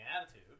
attitude